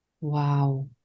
Wow